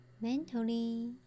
mentally